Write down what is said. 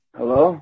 Hello